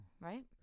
Right